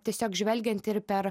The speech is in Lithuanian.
tiesiog žvelgiant ir per